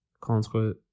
Contre